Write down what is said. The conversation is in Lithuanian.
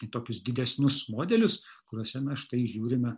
į tokius didesnius modelius kuriuose na štai įžiūrime